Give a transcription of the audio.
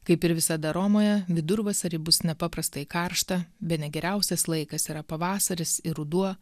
kaip ir visada romoje vidurvasarį bus nepaprastai karšta bene geriausias laikas yra pavasaris ir ruduo